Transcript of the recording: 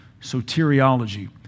soteriology